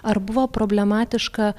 ar buvo problematiška